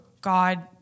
God